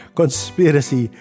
conspiracy